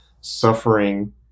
suffering